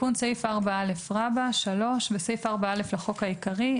"תיקון סעיף 4א 3. בסעיף 4א לחוק העיקרי,